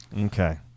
Okay